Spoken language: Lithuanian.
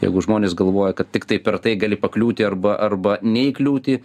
jeigu žmonės galvoja kad tiktai per tai gali pakliūti arba arba neįkliūti